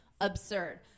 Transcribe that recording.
absurd